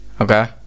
Okay